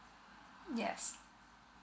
yes